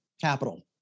capital